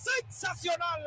sensacional